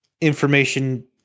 information